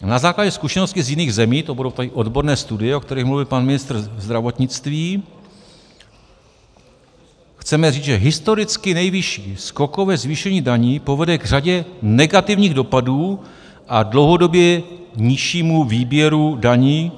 Na základě zkušeností z jiných zemí to budou ty odborné studie, o kterých mluvil pan ministr zdravotnictví chceme říct, že historicky nejvyšší skokově zvýšení daní povede k řadě negativních dopadů a dlouhodobě nižšímu výběru daní.